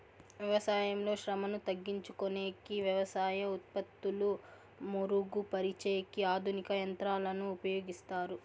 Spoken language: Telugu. వ్యవసాయంలో శ్రమను తగ్గించుకొనేకి వ్యవసాయ ఉత్పత్తులు మెరుగు పరిచేకి ఆధునిక యంత్రాలను ఉపయోగిస్తారు